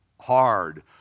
hard